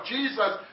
Jesus